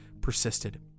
persisted